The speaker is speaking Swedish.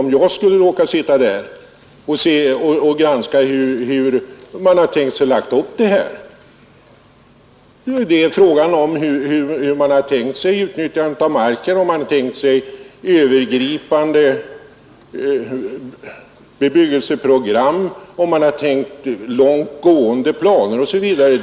Om jag då skulle råka sitta med i utskottet, får jag då också tillfälle att vara med och granska förslagen och se hur man tänker sig utnyttja marken.